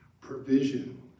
provision